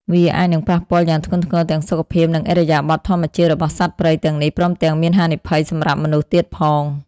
វាអាចនឹងប៉ះពាល់យ៉ាងធ្ងន់ធ្ងរទាំងសុខភាព និងឥរិយាបថធម្មជាតិរបស់សត្វព្រៃទាំងនេះ ព្រមទាំងមានហានិភ័យសម្រាប់មនុស្សទៀតផង។